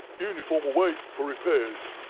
uniform away for repairs.